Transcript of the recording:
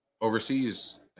overseas